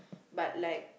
but like